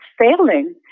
failing